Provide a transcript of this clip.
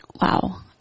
Wow